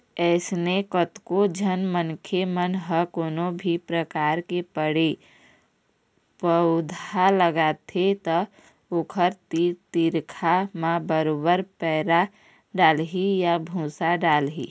अइसने कतको झन मनखे मन ह कोनो भी परकार के पेड़ पउधा लगाथे त ओखर तीर तिखार म बरोबर पैरा डालही या भूसा डालही